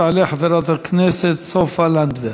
תעלה חברת הכנסת סופה לנדבר,